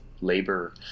labor